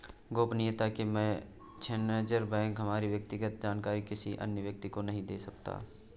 गोपनीयता के मद्देनजर बैंक हमारी व्यक्तिगत जानकारी किसी अन्य व्यक्ति को नहीं दे सकता